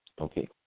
Okay